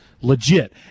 legit